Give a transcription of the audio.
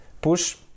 push